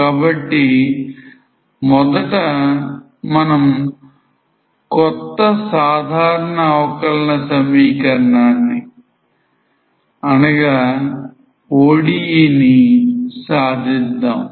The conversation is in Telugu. కాబట్టి మొదట మనం కొత్త సాధారణ అవకలన సమీకరణాన్ని ODE ని సాధిద్దాం